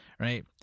Right